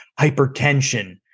hypertension